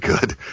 good